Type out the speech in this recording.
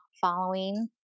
following